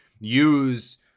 use